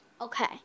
Okay